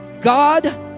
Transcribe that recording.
God